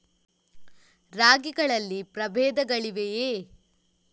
ರಾಗಿಗಳಲ್ಲಿ ಪ್ರಬೇಧಗಳಿವೆಯೇ?